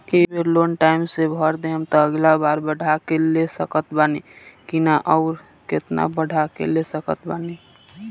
ए बेर loan time से भर देहम त अगिला बार बढ़ा के ले सकत बानी की न आउर केतना बढ़ा के ले सकत बानी?